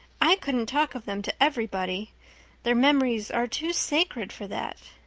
i couldn't talk of them to everybody their memories are too sacred for that.